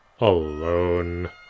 alone